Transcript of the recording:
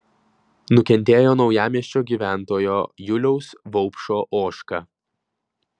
nukentėjo naujamiesčio gyventojo juliaus vaupšo ožka